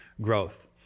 growth